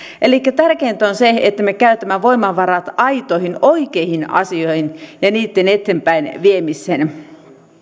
elikkä tärkeintä on se että me käytämme voimavarat aitoihin oikeisiin asioihin ja niitten eteenpäinviemiseen